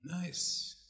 Nice